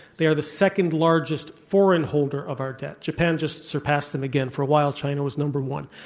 they are the second largest foreign holder of our debt. japan just surpassed them again. for a while china was number one.